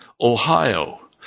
Ohio